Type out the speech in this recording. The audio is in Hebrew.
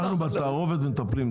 אנחנו בתערובת מטפלים.